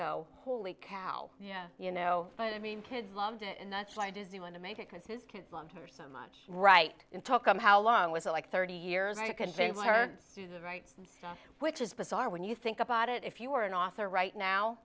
go holy cow yeah you know but i mean kids loved it and that's why does he want to make it because his kids loved her so much right in talk of how long was it like thirty years to convince her to the rights which is bizarre when you think about it if you were an author right now